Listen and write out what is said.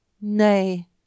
nay